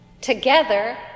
together